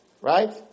Right